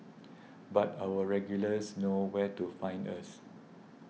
but our regulars know where to find us